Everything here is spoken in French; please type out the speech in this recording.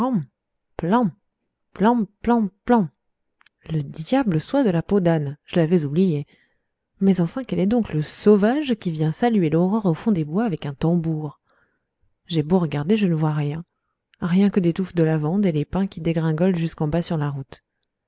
ran plan plan plan plan le diable soit de la peau d'âne je l'avais oubliée mais enfin quel est donc le sauvage qui vient saluer l'aurore au fond des bois avec un tambour j'ai beau regarder je ne vois rien rien que les touffes de lavande et les pins qui dégringolent jusqu'en bas sur la route